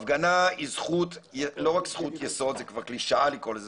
רק זכות יסוד - זה כבר קלישאה לקרוא לזה